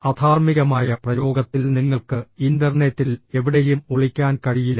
അധാർമികമായ പ്രയോഗത്തിൽ നിങ്ങൾക്ക് ഇന്റർനെറ്റിൽ എവിടെയും ഒളിക്കാൻ കഴിയില്ല